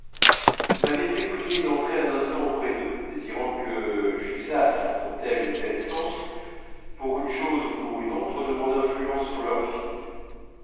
m'avaient fait prier d'entrer un instant auprès d'eux désirant que j'usasse dans tel ou tel sens pour une chose ou pour une autre de mon influence sur leur fille